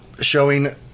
showing